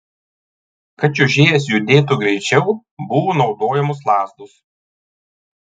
kad čiuožėjas judėtų greičiau buvo naudojamos lazdos